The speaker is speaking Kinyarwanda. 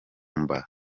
batandatu